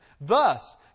Thus